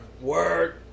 Word